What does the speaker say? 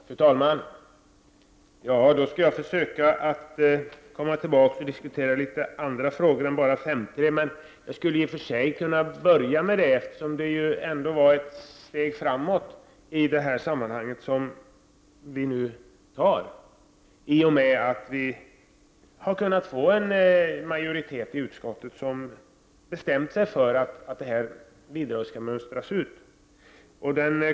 Fru talman! Jag skall försöka att diskutera även andra frågor än 5 8 3-bidraget. Men jag skulle i och för sig ändå kunna börja med bidraget. Vi tar ju nu ett steg framåt i det sammanhanget i och med att det har kunnat bli en majoritet i utskottet, som har bestämt sig för att detta bidrag skall mönstras ut.